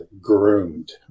groomed